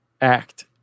act